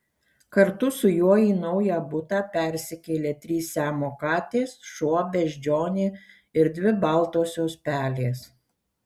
kartu su juo į naują butą persikėlė trys siamo katės šuo beždžionė ir dvi baltosios pelės